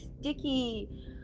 sticky